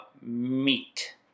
meat